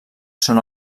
són